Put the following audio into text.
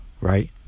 Right